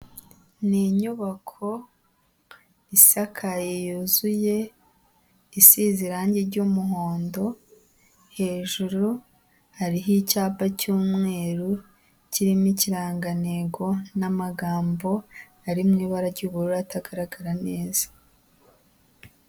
Ni inyubako isakaye yuzuye isize irangi ry'umuhondo, hejuru hariho icyapa cy'umweru kirimo ikirangantego n'amagambo ari mu ibara ry'ubururu atagaragara neza.